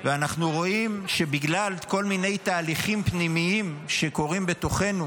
אנחנו רואים שבגלל כל מיני תהליכים פנימיים שקורים בתוכנו,